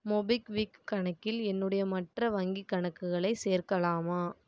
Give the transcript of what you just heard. MobiKwik கணக்கில் என்னுடைய மற்ற வங்கிக் கணக்குகளை சேர்க்கலாமா